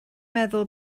meddwl